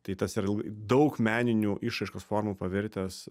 tai tas yra į daug meninių išraiškos formų pavirtęs